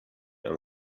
and